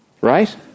right